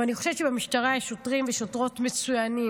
ואני חושבת שבמשטרה יש שוטרים ושוטרות מצוינים